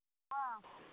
हँ